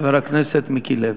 חבר הכנסת מיקי לוי.